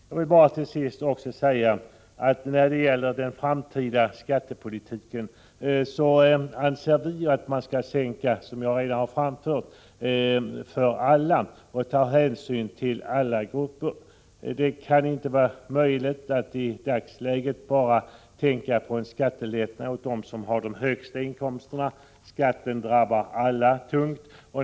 Jag vill till sist säga att jag beträffande den framtida skattepolitiken anser — som jag redan framfört — att vi skall sänka skatten för alla och ta hänsyn till alla grupper. Det kan inte vara möjligt att i dagsläget tänka på skattelättnader endast för dem som har de högsta inkomsterna. Skatten drabbar alla tungt.